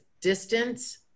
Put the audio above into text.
distance